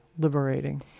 Liberating